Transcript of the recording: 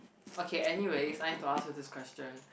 okay anyways it's time to ask you this question